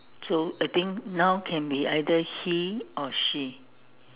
so I think now can be either he or she